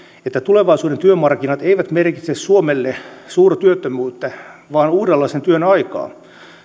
että tulevaisuuden työmarkkinat eivät merkitse suomelle suurtyöttömyyttä vaan uudenlaisen työn aikaa